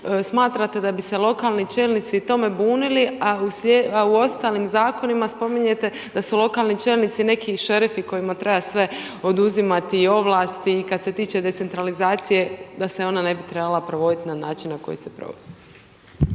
smatrate da bi se lokalni čelnici tome bunili, a u ostalim zakonima spominjete da su lokalni čelnici neki šerifi kojima treba sve oduzimati i ovlasti i kad se tiče decentralizacije, da se ona ne bi trebala provoditi na način, na koji se provodi.